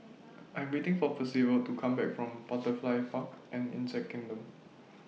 I Am waiting For Percival to Come Back from Butterfly Park and Insect Kingdom